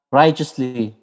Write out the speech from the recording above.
righteously